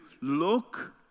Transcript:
look